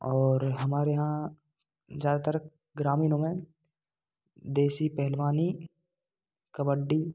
और हमारे यहाँ ज़्यादातर ग्रामीणों में देसी पहलवानी कबड्डी